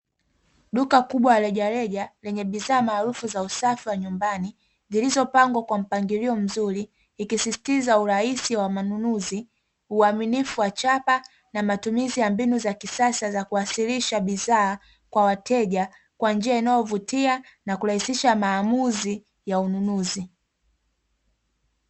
Duka kubwa la rejareja lenye bidhaa maarufu za usafi wa nyumbani zilizopangwa kwa mpangilio mzuri, ikisisitiza urahisi wa manunuzi uaminifu wa chapa na matumizi wa mbinu za kisasa za kuwasilisha bidhaa kwa wateja kwa njia inayovutia na kurahisisha maamuzi ya ununuzi.